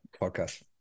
podcast